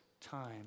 time